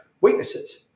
weaknesses